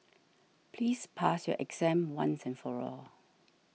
please pass your exam once and for all